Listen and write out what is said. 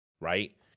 right